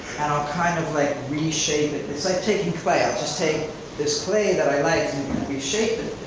and i'll kind of like re-shape it. it's like taking clay. i'll just take this clay that i like and re-shape it.